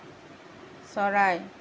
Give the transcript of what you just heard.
চৰাই